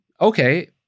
okay